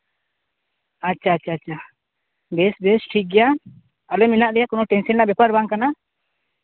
ᱟᱪᱪᱷᱟ ᱟᱪᱪᱷᱟ ᱵᱮᱥ ᱵᱮᱥ ᱴᱷᱤᱠ ᱜᱮᱭᱟ ᱟᱞᱮ ᱢᱮᱱᱟᱜ ᱞᱮᱭᱟ ᱠᱳᱱᱳ ᱴᱮᱱᱥᱮᱱ ᱨᱮᱭᱟᱜ ᱵᱮᱯᱟᱨ ᱵᱟᱝ ᱠᱟᱱᱟ